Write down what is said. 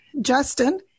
Justin